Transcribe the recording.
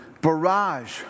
barrage